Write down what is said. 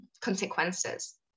consequences